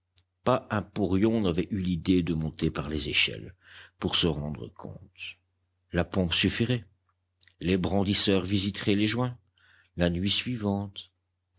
pas un porion n'avait eu l'idée de monter par les échelles pour se rendre compte la pompe suffirait les brandisseurs visiteraient les joints la nuit suivante